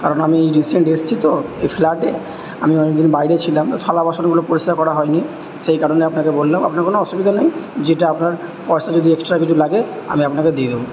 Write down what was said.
কারণ আমি এই রিসেন্ট এসছি তো এই ফ্ল্যাটে আমি অনেক দিন বাইরে ছিলাম থালা বাসনগুলো পরিষ্কার করা হয় নি সেই কারণে আপনাকে বললাম আপনার কোনো অসুবিধা নেই যেটা আপনার পয়সা যদি এক্সট্রা কিছু লাগে আমি আপনাকে দিয়ে দেবো